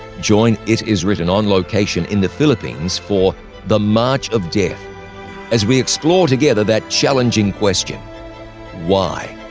join it is written on location in the philippines for the march of death as we explore together that challenging question why?